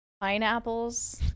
Pineapples